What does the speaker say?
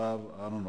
השר אהרונוביץ.